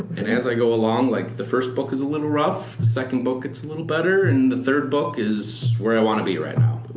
and as i go along, like the first book is a little rough, second book gets a little better, and the third book is where i want to be right now.